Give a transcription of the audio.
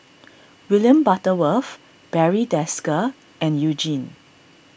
William Butterworth Barry Desker and You Jin